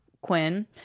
Quinn